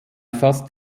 fast